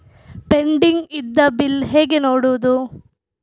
Pending ಇದ್ದ bill ಹೇಗೆ ನೋಡುವುದು?